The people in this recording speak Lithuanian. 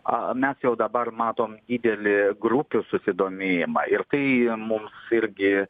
a mes jau dabar matom dideli grupių susidomėjimą ir tai mums irgi